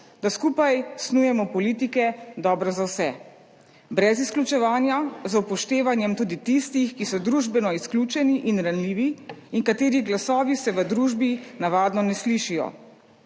da skupaj snujemo politike, dobre za vse, brez izključevanja, z upoštevanjem tudi tistih, ki so družbeno izključeni in ranljivi in katerih glasovi se v družbi navadno ne slišijo.